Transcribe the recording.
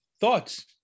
thoughts